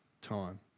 time